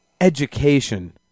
education